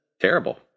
terrible